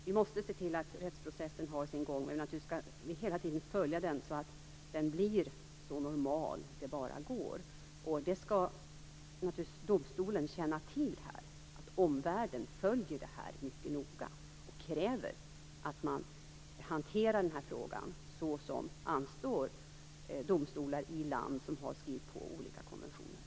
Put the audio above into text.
Vi måste se till att rättsprocessen har sin gång. Vi skall hela tiden följa den så att den blir så normal det bara går. Domstolen skall känna till att omvärlden följer detta mycket noga och kräver att man hanterar den här frågan som anstår domstolar i ett land som har skrivit på olika konventioner.